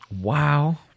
wow